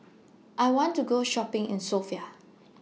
I want to Go Shopping in Sofia